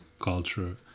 culture